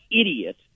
idiot